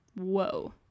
whoa